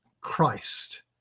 Christ